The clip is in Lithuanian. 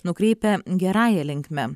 nukreipia gerąja linkme